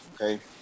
Okay